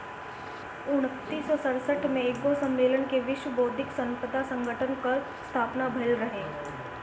उन्नीस सौ सड़सठ में एगो सम्मलेन में विश्व बौद्धिक संपदा संगठन कअ स्थापना भइल रहे